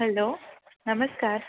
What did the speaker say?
hello नमस्कार